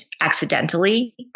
accidentally